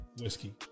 whiskey